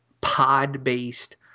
pod-based